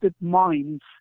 minds